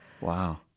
Wow